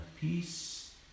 peace